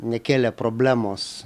nekėlė problemos